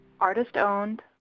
Artist-owned